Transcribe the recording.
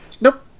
Nope